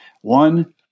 One